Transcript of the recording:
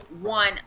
one